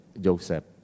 Joseph